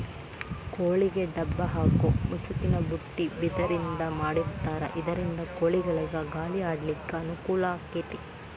ಕೋಳಿಗೆ ಡಬ್ಬ ಹಾಕು ಮುಸುಕಿನ ಬುಟ್ಟಿ ಬಿದಿರಿಂದ ಮಾಡಿರ್ತಾರ ಇದರಿಂದ ಕೋಳಿಗಳಿಗ ಗಾಳಿ ಆಡ್ಲಿಕ್ಕೆ ಅನುಕೂಲ ಆಕ್ಕೆತಿ